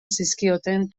zizkioten